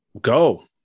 go